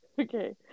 Okay